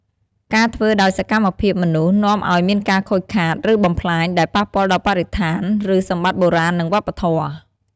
ការធ្វើដោយសកម្មភាពមនុស្ស នាំអោយមានការខូចខាត ឬបំផ្លាញ ដែលប៉ះពាល់ដល់បរិស្ថាន ឬសម្បត្តិបុរាណ និងវប្បធម៌។